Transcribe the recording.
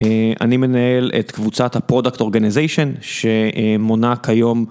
אני מנהל את קבוצת הפרודקט אורגניזיישן שמונה כיום.